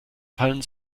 fallen